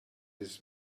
his